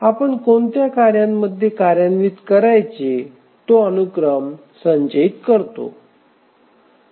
आपण कोणत्या कार्यामध्ये कार्यान्वित करायचे तो अनुक्रम संचयित करतो